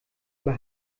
über